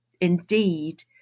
indeed